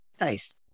Nice